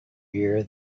year